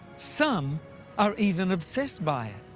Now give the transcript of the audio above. some are even obsessed by it.